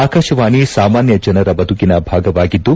ಆಕಾಶವಾಣಿ ಸಾಮಾನ್ಯ ಜನರ ಬದುಕಿನ ಭಾಗವಾಗಿದ್ದು